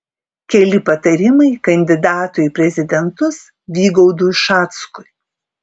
keli patarimai kandidatui į prezidentus vygaudui ušackui